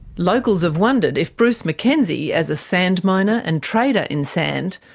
locals have wondered if bruce mackenzie, as a sand miner and trader in sand,